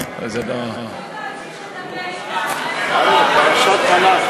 אתה צריך להמשיך לדבר אתנו, אין לך ברירה.